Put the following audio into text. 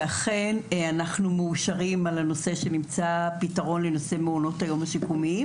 ואנחנו אכן מאושרים על כך שנמצא פתרון לנושא מעונות היום השיקומיים.